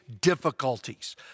difficulties